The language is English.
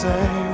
Say